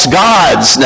gods